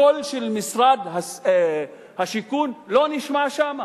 הקול של משרד השיכון לא נשמע שם.